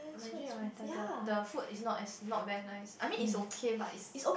Mandarin Oriental the the food is not as not very nice I mean is okay but is